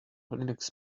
linux